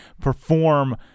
perform